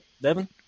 Devin